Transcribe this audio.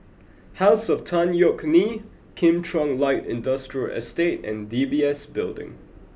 house of Tan Yeok Nee Kim Chuan Light Industrial Estate and D B S Building